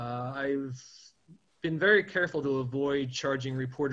אני מאוד זהיר בכך שאני לא מכנה את התקשורת